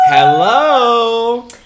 Hello